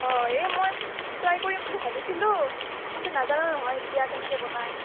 অঁ এই মই মানে ট্ৰাই কৰিম বুলি ভাবিছিলোঁ কিন্তু নাজানোঁ নহয় এতিয়া কেনেকৈ বনায়